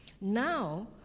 now